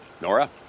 Nora